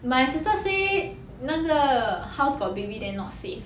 my sister say 那个 house got baby than not safe